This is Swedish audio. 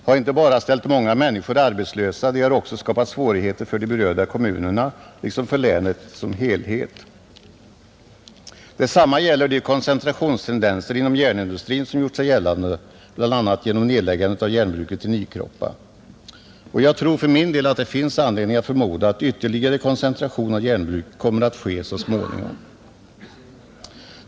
— har inte bara ställt många människor arbetslösa utan har också skapat svårigheter för de berörda kommunerna liksom för länet i sin helhet. Detsamma gäller de koncentrationstendenser inom järnindustrin som gjort sig gällande, bl.a. genom nedläggandet av järnbruket i Nykroppa. Jag tror för min del att det finns anledning att förmoda att ytterligare koncentration av järnbruk kommer att ske så småningom.